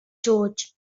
george